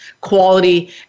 quality